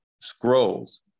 scrolls